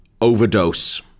Overdose